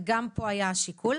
וגם פה היה השיקול.